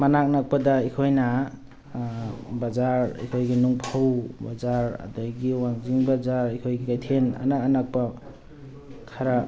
ꯃꯅꯥꯛ ꯅꯛꯄꯗ ꯑꯩꯈꯣꯏꯅ ꯕꯖꯥꯔ ꯑꯩꯈꯣꯏꯒꯤ ꯅꯨꯡꯐꯧ ꯕꯖꯥꯔ ꯑꯗꯒꯤ ꯋꯥꯡꯖꯤꯡ ꯕꯖꯥꯔ ꯑꯩꯈꯣꯏꯒꯤ ꯀꯩꯊꯦꯟ ꯑꯅꯛ ꯑꯅꯛꯄ ꯈꯔ